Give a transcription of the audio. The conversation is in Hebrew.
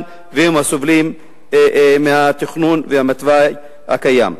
והם הסובלים מהתכנון ומהתוואי הקיים.